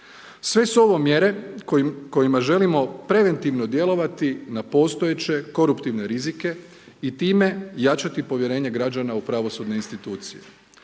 Sve su ovo mjere kojima želimo preventivno djelovati na postojeće koruptivne rizike i time jačati povjerenje građana u pravosudne institucije.